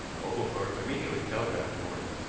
oglethorpe immediately telegraphed to morton.